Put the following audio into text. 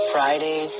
Friday